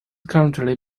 currently